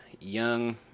young